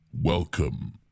Welcome